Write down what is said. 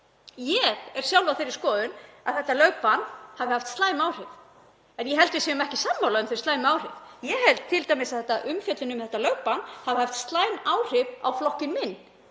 Ég er sjálf á þeirri skoðun að þetta lögbann hafi haft slæm áhrif en ég held að við séum ekki sammála um þau slæmu áhrif. Ég held t.d. að umfjöllun um þetta lögbann hafi haft slæm áhrif á flokkinn minn